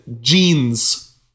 jeans